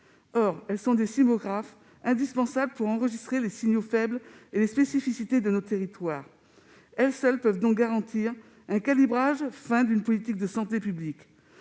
Or elles sont des sismographes indispensables pour enregistrer les signaux faibles et les spécificités de nos territoires. Elles seules peuvent garantir un calibrage fin d'une politique de santé publique.